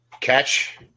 Catch